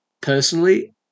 personally